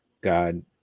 God